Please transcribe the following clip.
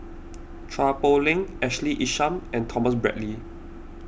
Chua Poh Leng Ashley Isham and Thomas Braddell